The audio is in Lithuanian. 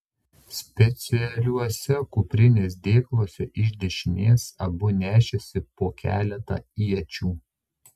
specialiuose kuprinės dėkluose iš dešinės abu nešėsi po keletą iečių